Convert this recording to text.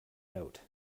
note